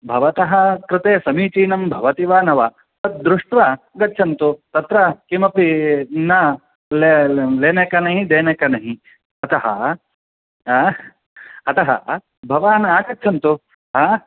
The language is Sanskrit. भवतः कृते समीचीनं भवति वा न वा तद्दृष्ट्वा गच्छन्तु तत्र किमपि न लेनेक नही देनेक नही अतः अ अतः भवान् आगच्छन्तु हा